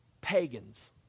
pagans